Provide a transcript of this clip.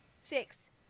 Six